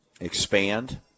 expand